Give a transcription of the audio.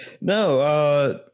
No